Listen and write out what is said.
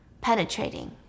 penetrating